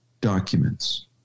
documents